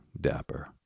dapper